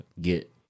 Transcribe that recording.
get